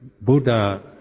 Buddha